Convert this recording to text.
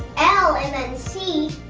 l and then c.